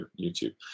youtube